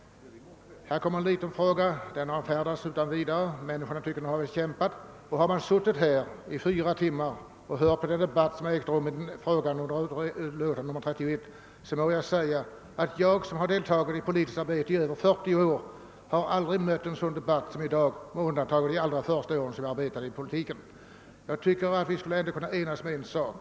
Här kommer en liten fråga, och den avfärdas utan vidare. Efter att ha suttit här i fyra timmar och hört på den debatt som ägde rum med anlening av allmänna beredningsutskottets utlåtande nr 31 vågar jag emellertid säga, att jag — som har deltagit i politiskt arbete över 40 år — aldrig har mött en sådan debatt som i dag, med undantag av de allra första åren jag arbetade i politiken. Vi borde ändå kunna enas om en sak.